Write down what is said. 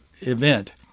event